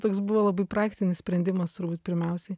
toks buvo labai praktinis sprendimas turbūt pirmiausiai